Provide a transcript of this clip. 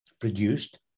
produced